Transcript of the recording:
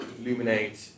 Illuminate